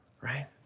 right